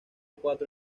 cuatro